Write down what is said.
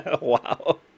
Wow